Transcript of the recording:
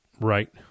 right